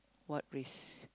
what risk